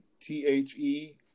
T-H-E